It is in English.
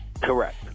Correct